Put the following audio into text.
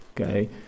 Okay